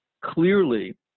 Clearly